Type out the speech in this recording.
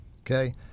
Okay